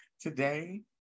today